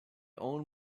own